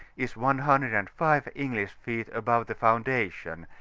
is one hundred and five english feet above the foundation,